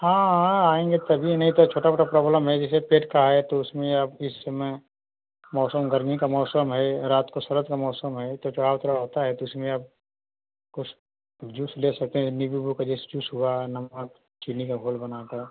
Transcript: हाँ हाँ आएँगे तभी नहीं तो छोटा मोटा प्रॉब्लम है जैसे पेट का है तो उसमें अब इस समय मौसम गर्मी का मौसम है रात को सर्द का मौसम है तो चढ़ाव उतराव होता है तो इसमें आप कुछ तो जूस ले सकते हैं नीबू ओबू का जैसे जूस हुआ नमक चीनी का घोल बनाकर